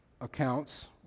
accounts